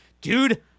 dude